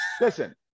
listen